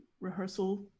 rehearsal